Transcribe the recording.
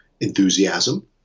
enthusiasm